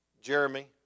Jeremy